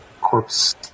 corpse